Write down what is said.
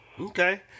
okay